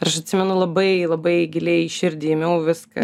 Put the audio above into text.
ir aš atsimenu labai labai giliai į širdį imiau viską ir